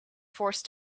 forced